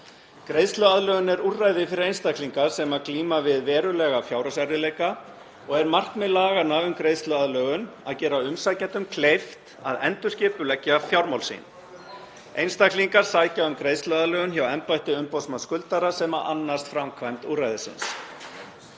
Greiðsluaðlögun er úrræði fyrir einstaklinga sem glíma við verulega fjárhagserfiðleika og er markmið laga um greiðsluaðlögun að gera umsækjendum kleift að endurskipuleggja fjármál sín. Einstaklingar sækja um greiðsluaðlögun hjá embætti umboðsmanns skuldara sem annast framkvæmd úrræðisins.